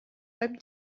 beim